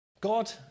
God